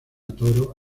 toro